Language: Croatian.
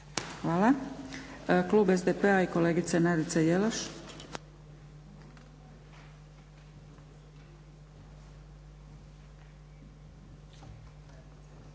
Hvala. Klub SDP-a i kolegica Nadica Jelaš.